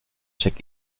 check